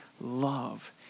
love